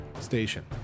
station